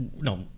No